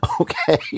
Okay